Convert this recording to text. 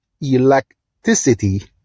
electricity